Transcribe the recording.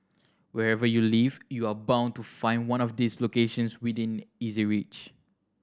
wherever you live you are bound to find one of these locations within easy reach